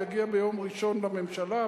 יגיע ביום ראשון לממשלה,